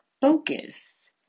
focus